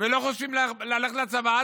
ולא חושבים ללכת לצבא.